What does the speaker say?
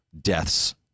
deaths